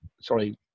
sorry